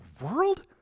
world